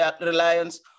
reliance